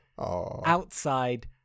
outside